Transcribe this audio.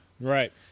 Right